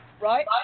right